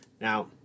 Now